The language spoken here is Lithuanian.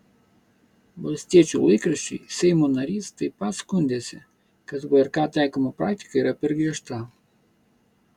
valstiečių laikraščiui seimo narys taip pat skundėsi kad vrk taikoma praktika yra per griežta